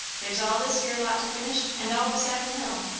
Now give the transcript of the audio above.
there's all this here lot to finish, and all of savin hill.